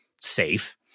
safe